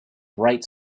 bright